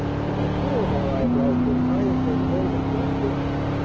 and all four of our eyebrows went high as they'd go the first instant.